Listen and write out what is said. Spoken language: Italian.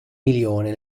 milione